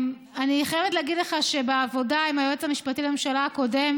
אני חייבת להגיד לך שבעבודה עם היועץ המשפטי לממשלה הקודם